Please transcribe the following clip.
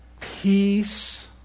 peace